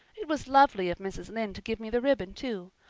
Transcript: it was lovely of mrs. lynde to give me the ribbon too.